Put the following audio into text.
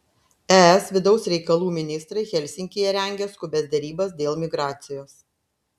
es vidaus reikalų ministrai helsinkyje rengia skubias derybas dėl migracijos